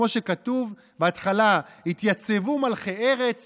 כמו שכתוב בהתחלה: "יתיַצבו מלכי ארץ